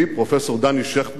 פרופסור דני שכטמן,